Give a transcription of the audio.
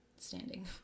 standing